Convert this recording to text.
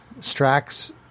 Strax